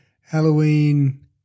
Halloween